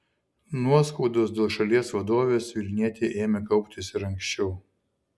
nuoskaudos dėl šalies vadovės vilnietei ėmė kauptis ir anksčiau